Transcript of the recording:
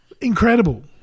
Incredible